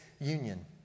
Union